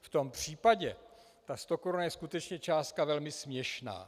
V tom případě ta stokoruna je skutečně částka velmi směšná.